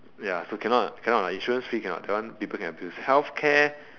ya so cannot cannot lah insurance free cannot that one people can abuse healthcare